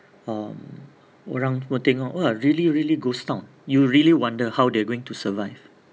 um orang semua tengok !wah! really really ghost town you really really wonder how they are going to survive